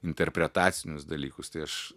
interpretacinius dalykus tai aš